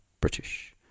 British